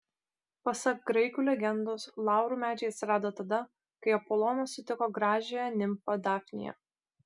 pasak graikų legendos laurų medžiai atsirado tada kai apolonas sutiko gražiąją nimfą dafniją